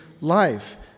life